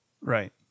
Right